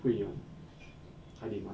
会有 high demand